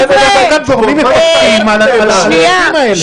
חבר'ה, שניה.